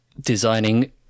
designing